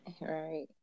right